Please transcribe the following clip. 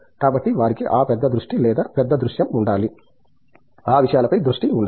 కాబట్టి వారికి ఆ పెద్ద దృష్టి లేదా పెద్ద దృశ్యం ఉండాలి ఆ విషయాల పై దృష్టి ఉండాలి